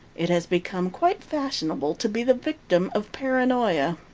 it has become quite fashionable to be the victim of paranoia.